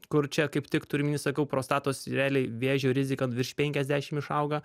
kur čia kaip tik turiu omeny sakau prostatos realiai vėžio rizika virš penkiasdešimt išauga